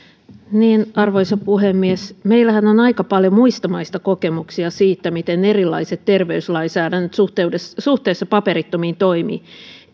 arvoisa puhemies meillähän on aika paljon muista maista kokemuksia siitä miten erilaiset terveyslainsäädännöt suhteessa suhteessa paperittomiin toimivat